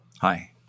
hi